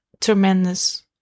tremendous